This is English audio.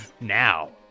now